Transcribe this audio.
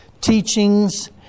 teachings